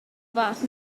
fath